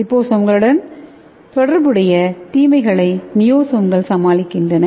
லிபோசோம்களுடன் தொடர்புடைய தீமைகளை நியோசோம்கள் சமாளிக்கின்றன